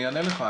אני אענה לך.